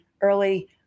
early